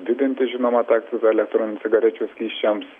didinti žinoma tą akcizą elektroninių cigarečių skysčiams